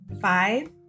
Five